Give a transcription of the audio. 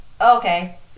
okay